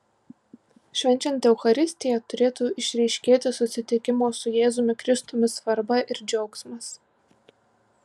švenčiant eucharistiją turėtų išryškėti susitikimo su jėzumi kristumi svarba ir džiaugsmas